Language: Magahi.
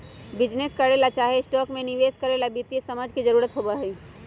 बिजीनेस करे ला चाहे स्टॉक में निवेश करे ला वित्तीय समझ के जरूरत होई छई